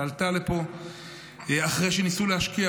שעלתה לפה אחרי שניסו להשכיח,